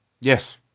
Yes